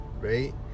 right